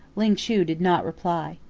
ling chu did not reply.